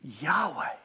Yahweh